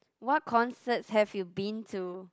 what concerts have you been to